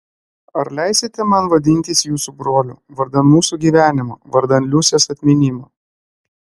ar leisite man vadintis jūsų broliu vardan mūsų gyvenimo vardan liusės atminimo